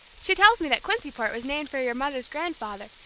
she tells me that quincyport was named for your mother's grandfather,